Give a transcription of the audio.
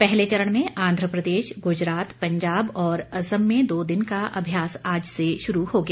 पहले चरण में आंध्र प्रदेश गुजरात पंजाब और असम में दो दिन का अभ्यास आज से शुरू हो गया